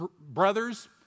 brother's